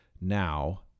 now